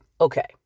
Okay